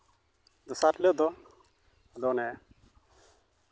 ᱫᱚᱥᱟᱨ ᱦᱤᱞᱳᱜ ᱫᱚ ᱟᱫᱚ ᱚᱱᱮ